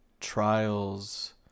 trials